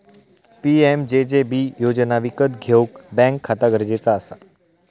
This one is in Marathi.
पी.एम.जे.जे.बि योजना विकत घेऊक बॅन्क खाता गरजेचा असा